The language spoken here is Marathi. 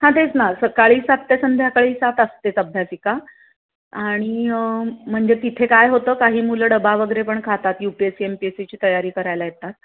हां तेच ना सकाळी सात ते संध्याकाळी सात असतेच अभ्यासिका आणि म्हणजे तिथे काय होतं काही मुलं डबा वगैरे पण खातात U P S C M P S सीची तयारी करायला येतात